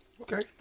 Okay